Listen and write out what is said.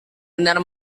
benar